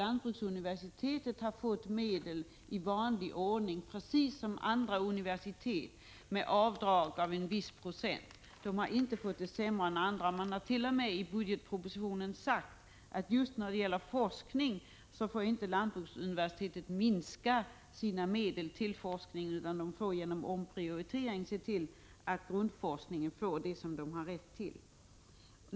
Lantbruksuniversitetet har fått medel i vanlig ordning, precis som andra universitet, med avdrag för en viss procent. Men man har inte fått det sämre än andra. Det har t.o.m. i budgetpropositionen sagts att lantbruksuniversitetet inte får minska sina medel till forskningen utan genom omprioriteringar måste se till att grundforskningen får det som den har rätt till.